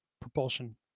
propulsion